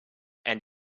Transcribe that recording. and